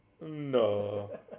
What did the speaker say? No